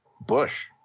Bush